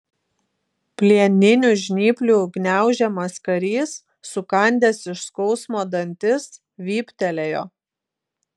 plieninių žnyplių gniaužiamas karys sukandęs iš skausmo dantis vyptelėjo